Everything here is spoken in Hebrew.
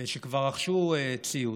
שכבר רכשו ציוד.